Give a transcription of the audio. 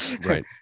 right